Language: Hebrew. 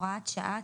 הוראת שעה,